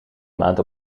maand